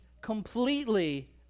completely